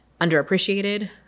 underappreciated